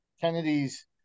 Kennedy's